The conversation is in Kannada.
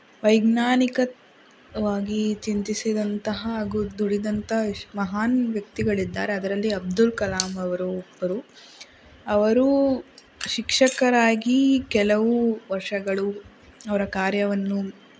ವೈಜ್ಞಾನಿಕ ವಾಗಿ ಚಿಂತಿಸಿದಂತಹ ಹಾಗೂ ದುಡಿದಂಥ ಎಷ್ಟ್ ಮಹಾನ್ ವ್ಯಕ್ತಿಗಳಿದ್ದಾರೆ ಅದರಲ್ಲಿ ಅಬ್ದುಲ್ ಕಲಾಮ್ ಅವರು ಒಬ್ಬರು ಅವರು ಶಿಕ್ಷಕರಾಗಿ ಕೆಲವು ವರ್ಷಗಳು ಅವರ ಕಾರ್ಯವನ್ನು